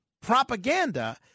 propaganda